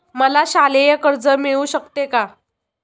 मला शालेय कर्ज मिळू शकते का?